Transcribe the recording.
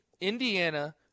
indiana